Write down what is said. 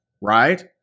Right